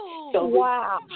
Wow